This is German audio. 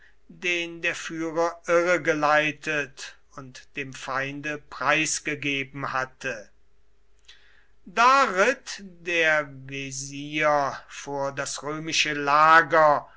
den der führer irregeleitet und dem feinde preisgegeben hatte da ritt der wesir vor das römische lager